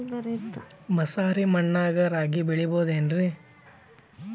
ಮಸಾರಿ ಮಣ್ಣಾಗ ರಾಗಿ ಬೆಳಿಬೊದೇನ್ರೇ?